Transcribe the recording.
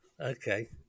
okay